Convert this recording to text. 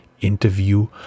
interview